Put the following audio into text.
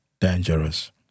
dangerous